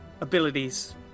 abilities